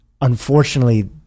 unfortunately